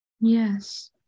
Yes